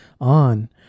on